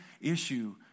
issue